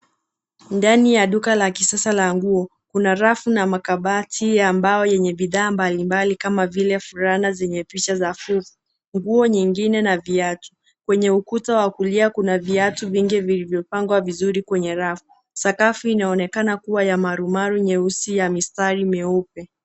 Ndani ya duka la kisasa la nguo. Kuna rafu na makabati yenye bidhaa mbalimbali Kama fulana zenye picha ya fuvu, nguo nyingine na viatu. Kwenye ukuta wa kulia kuna viatu vingi vilivyopangwa kwenye rafu. Sakafu inaonekana kuwa ya marumaru nyeusi ya mistari meupe.